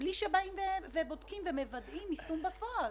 בלי שבודקים ומוודאים יישום בפועל,